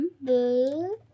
Blue